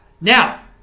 now